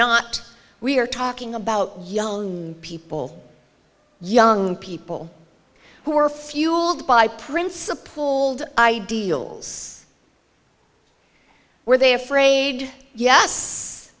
not we're talking about young people young people who are fuel by prince a pulled ideals were they afraid yes